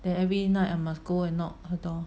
then every night I must go and knock her door